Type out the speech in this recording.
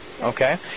Okay